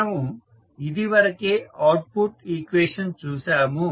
మనము ఇది వరకే అవుట్పుట్ ఈక్వేషన్ చూశాము